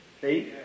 See